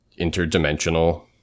interdimensional